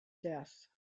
death